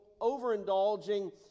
overindulging